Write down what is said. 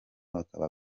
bakaba